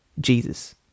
Jesus